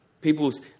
People's